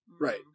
Right